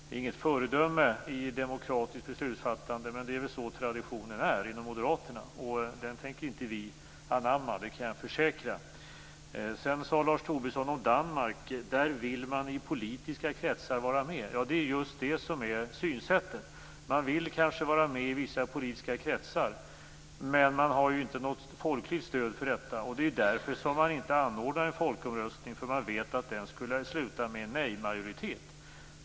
Det är inget föredöme i demokratiskt beslutsfattande, men det är väl så traditionen är inom moderaterna, och den tänker vi inte anamma, det kan jag försäkra. Lars Tobisson sade att man i danska politiska kretsar vill vara med. Det är just det som är synsättet. Man vill kanske vara med i vissa politiska kretsar, men man har inte något folkligt stöd för detta. Det är därför som man inte anordnar någon folkomröstning, därför att man vet att den skulle resultera i nejmajoritet.